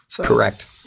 Correct